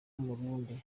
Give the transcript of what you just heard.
umurundi